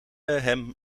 hem